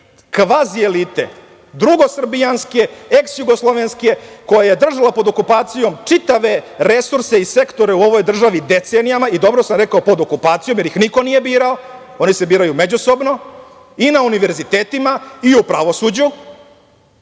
kvazi elite, drugosrbijanske, eksjugoslovenske koja je držala pod okupacijom čitave resurse i sektore u ovoj državi decenijama i dobro sam rekao pod okupacijom, jer ih niko nije birao, oni se biraju međusobno, i na univerzitetima i u pravosuđu